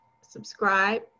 subscribe